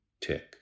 tick